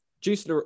Juice